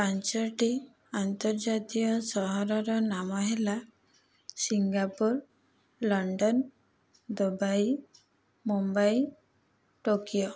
ପାଞ୍ଚଟି ଆନ୍ତର୍ଜାତୀୟ ସହରର ନାମ ହେଲା Singapore London Dubai Mumbai Tokyo